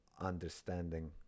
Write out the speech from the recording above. understanding